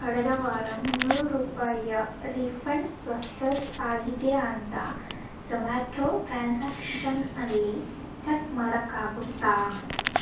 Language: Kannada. ಕಳೆದ ವಾರ ಮುನ್ನೂರು ರೂಪಾಯಿಯ ರೀಫಂಡ್ ಪ್ರೋಸೆಸ್ ಆಗಿದೆಯಾ ಅಂತ ಝಮ್ಯಾಟೊ ಟ್ರಾನ್ಸಾಕ್ಷನ್ ಅಲ್ಲಿ ಚಕ್ ಮಾಡೋಕ್ಕಾಗುತ್ತಾ